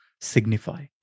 signify